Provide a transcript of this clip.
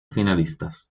finalistas